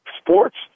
sports